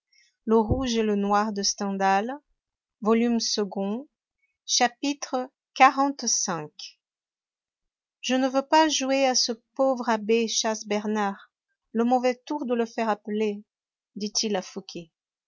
chapitre xlv je ne veux pas jouer à ce pauvre abbé chas bernard le mauvais tour de le faire appeler dit-il à